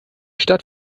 stadt